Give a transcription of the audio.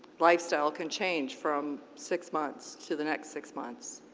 lifestyle can change from six months to the next six months.